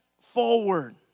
forward